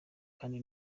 kandi